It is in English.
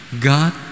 God